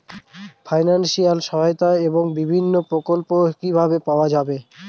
Financial সহায়তা এবং বিভিন্ন প্রকল্প কিভাবে পাওয়া যাবে?